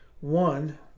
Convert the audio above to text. One